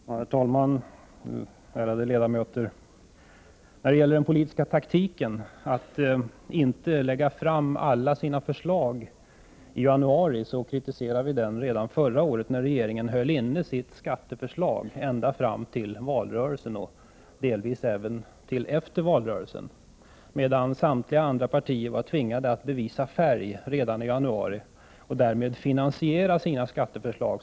Herr talman! Ärade ledamöter! Den politiska taktiken att inte lägga fram alla sina förslag i januari kritiserade vi redan förra året, när regeringen höll inne sitt skatteförslag ända fram till valrörelsen, och delvis även till efter valrörelsen, medan samtliga andra partier var tvingade att bekänna färg redan i januari och därmed finansiera sina skatteförslag.